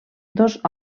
dos